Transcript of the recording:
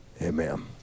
Amen